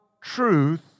truth